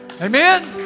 Amen